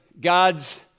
God's